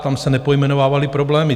Tam se nepojmenovávaly problémy.